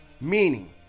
Meaning